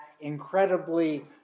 incredibly